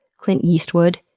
clint yeastwood,